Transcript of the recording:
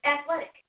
athletic